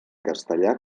castellà